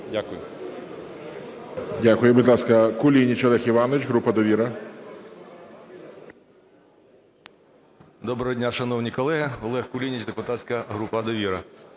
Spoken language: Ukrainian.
Дякую. Дякую,